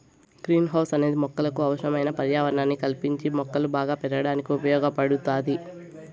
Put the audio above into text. green house అనేది మొక్కలకు అవసరమైన పర్యావరణాన్ని కల్పించి మొక్కలు బాగా పెరగడానికి ఉపయోగ పడుతాది